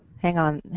hang on.